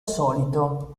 solito